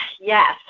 yes